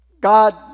God